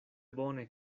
bone